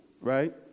right